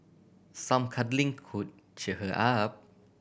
some cuddling could cheer her up